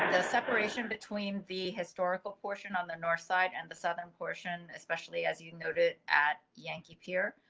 the separation between the historical portion on the north side, and the southern portion, especially as you noted at yankee here.